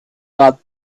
got